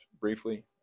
briefly